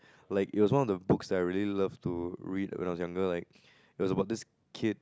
like it was one of the books that I really love to read when I was younger like it was about this kid